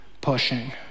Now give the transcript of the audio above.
pushing